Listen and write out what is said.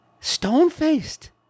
Stone-faced